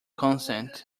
consent